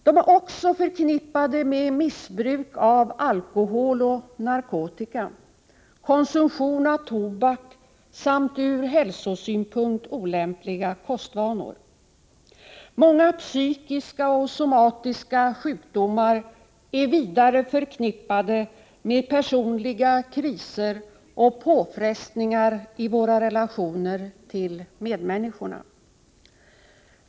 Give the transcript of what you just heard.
De är också förknippade med missbruk av alkohol och narkotika, konsumtion av tobak samt ur hälsosynpunkt olämpliga kostvanor. Många psykiska och somatiska sjukdomar är vidare förknippade med personliga kriser och påfrestningar i våra relationer till medmänniskor.